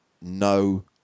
no